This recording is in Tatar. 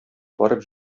барып